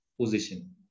position